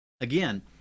Again